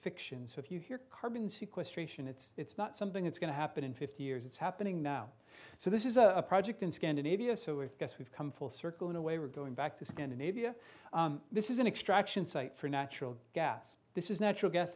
fiction so if you hear carbon sequestration it's not something that's going to happen in fifty years it's happening now so this is a project in scandinavia so it guess we've come full circle in a way we're going back to scandinavia this is an extraction site for natural gas this is natural gas